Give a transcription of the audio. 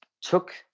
took